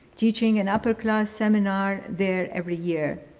teaching an upper-class seminar there every year.